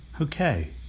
Okay